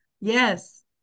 Yes